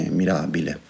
mirabile